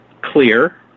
Clear